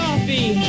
Coffee